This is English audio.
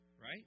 right